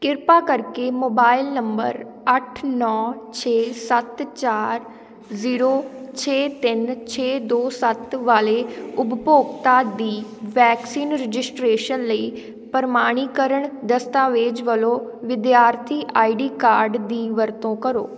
ਕਿਰਪਾ ਕਰਕੇ mobile number ਅੱਠ ਨੌਂ ਛੇ ਸੱਤ ਚਾਰ ਜ਼ੀਰੋ ਛੇ ਤਿੰਨ ਛੇ ਦੋ ਸੱਤ ਵਾਲੇ ਉਪਭੋਗਤਾ ਦੀ ਵੈਕਸੀਨ ਰਜਿਸਟ੍ਰੇਸ਼ਨ ਲਈ ਪ੍ਰਮਾਣੀਕਰਨ ਦਸਤਾਵੇਜ਼ ਵੱਲੋਂ ਵਿਦਿਆਰਥੀ ਆਈ ਡੀ ਕਾਰਡ ਦੀ ਵਰਤੋਂ ਕਰੋ